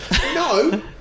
no